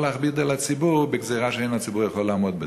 לא להכביד על הציבור בגזירה שאין הוא יכול לעמוד בה.